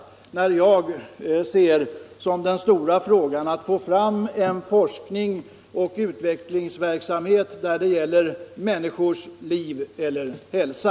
Den stora frågan är, som jag ser det, att få fram en forskningsoch utvecklingsverksamhet när det gäller människors liv och hälsa.